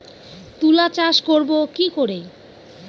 তুলা চাষ করব কি করে?